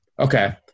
Okay